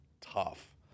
tough